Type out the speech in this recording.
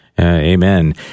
Amen